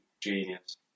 genius